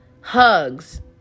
hugs